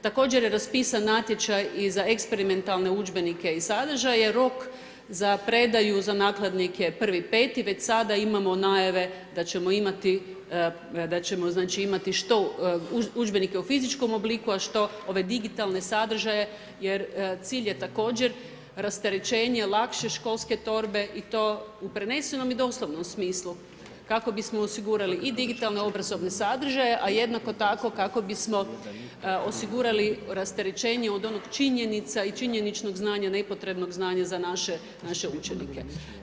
Također je raspisan natječaj i za eksperimentalne udžbenike i sadržaje, rok za predaju za nakladnike je 1.5., već sada imamo najave da ćemo imati, da ćemo znači imati što udžbenike u fizičkom obliku a što ove digitalne sadržaje jer cilj je također rasterećenje lakše školske torbe i to u prenesenom i doslovnom smislu kako bismo osigurali i digitalne obrazovne sadržaje a jednako tako kako bismo osigurali rasterećenje od onog činjenica i činjeničnog znanja, nepotrebnog znanja za naše učenike.